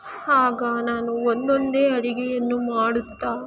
ಆಗ ನಾನು ಒಂದೊಂದೇ ಅಡಿಗೆಯನ್ನು ಮಾಡುತ್ತಾ